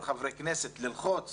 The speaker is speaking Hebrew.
כחברי כנסת ללחוץ